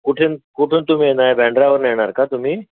कुठीन कुठून तुम्ही येणार बँड्रावरनं येणार का तुम्ही